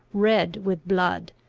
red with blood,